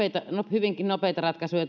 hyvinkin nopeita ratkaisuja